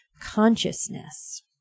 consciousness